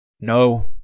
No